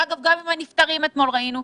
ואגב גם עם הנפטרים אתמול ראינו.